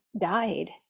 died